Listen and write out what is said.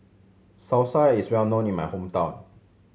salsa is well known in my hometown